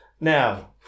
Now